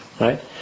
right